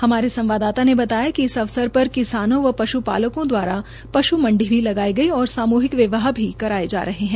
हमारे संवाददाता ने बताया कि इस अवसर पर किसानों व पश् पालकों दवारा पश् मंडी भी लगाई गई और सामूहिक विवाह भी कराए जा रहे है